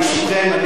ברשותכם,